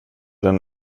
den